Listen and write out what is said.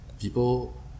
people